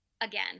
Again